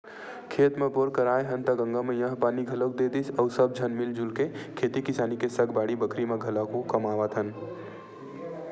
खेत म बोर कराए हन त गंगा मैया ह पानी घलोक दे दिस अउ सब झन मिलजुल के खेती किसानी के सग बाड़ी बखरी ल घलाके कमावत हन